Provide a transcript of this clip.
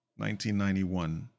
1991